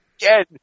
again